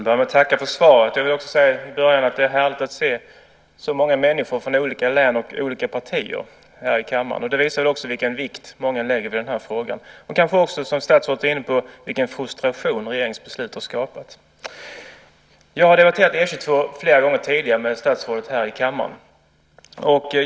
Herr talman! Jag vill börja med att tacka för svaret. Det är härligt att se så många människor från olika län och olika partier här i kammaren. Det visar vilken vikt många lägger vid den här frågan. Det visar kanske också, vilket statsrådet var inne på, vilken frustration regeringens beslut har skapat. Jag har debatterat E 22 flera gånger tidigare med statsrådet här i kammaren.